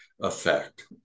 Effect